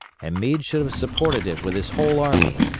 and meade should have supported it with his whole army,